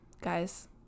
guys